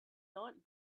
not